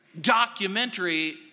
documentary